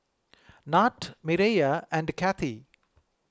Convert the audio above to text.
Nat Mireya and Kathey